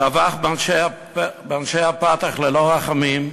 טבח באנשי ה"פתח" ללא רחמים,